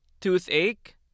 toothache